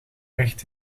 recht